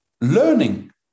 learning